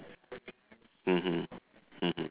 mmhmm mmhmm